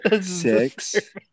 Six